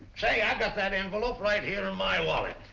say, i got that envelope right here in my wallet.